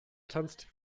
tanzt